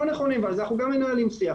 נכונים ועל זה אנחנו גם מנהלים שיח,